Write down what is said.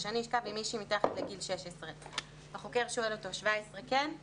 שאני אשכב עם מישהי מתחת לגיל 16". גולן: "17 כן".